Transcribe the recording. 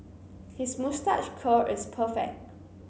his moustache curl is perfect